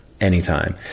anytime